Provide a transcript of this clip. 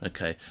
Okay